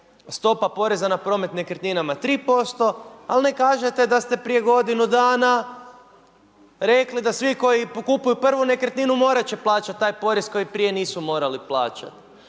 stopa poreza na promet nekretninama 3%, a ne kažete da ste prije godinu dana, rekli, da svi koji kupuju prvu nekretninu, morati će plaćati taj porez koji prije nisu morali plaćati.